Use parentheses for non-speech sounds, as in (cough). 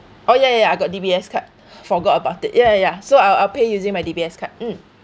oh ya ya ya I got D_B_S card (breath) forgot about it ya ya yeah so I'll I'll pay using my D_B_S card mm